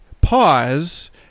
pause